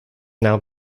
now